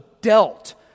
dealt